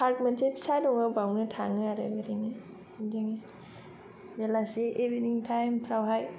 park मोनसे फिसा दङ बावनो थाङो आरो बेरायनो बिदिनो बेलासि इभेनिं थाएमफ्रावहाय